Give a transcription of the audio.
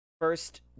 first